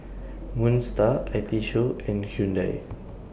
Moon STAR I T Show and Hyundai